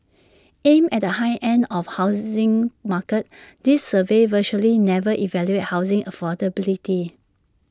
aimed at the high end of housing market these surveys virtually never evaluate housing affordability